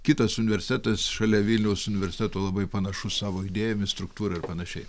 kitas universitetas šalia vilniaus universiteto labai panašus savo idėjomis struktūra ir panašiai